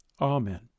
Amen